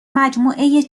مجموعهی